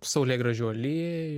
saulėgrąžų aliej